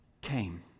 came